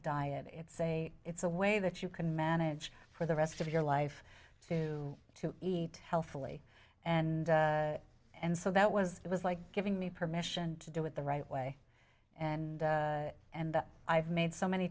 diet it's a it's a way that you can manage for the rest of your life to eat healthily and and so that was it was like giving me permission to do it the right way and and i've made so many